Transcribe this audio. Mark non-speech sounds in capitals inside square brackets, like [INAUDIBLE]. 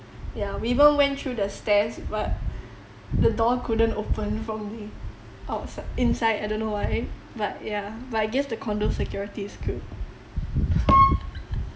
ya we even went through the stairs but the door couldn't open [LAUGHS] from the outside inside I don't know why but yeah but I guess the condo security is good [LAUGHS]